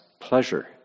pleasure